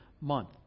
month